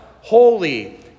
holy